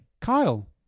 Kyle